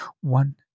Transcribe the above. one